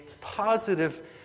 positive